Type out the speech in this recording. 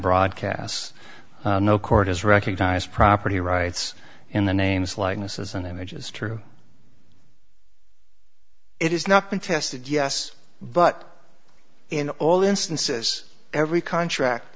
broadcasts no court has recognized property rights in the names likenesses and images true it is not been tested yes but in all instances every contract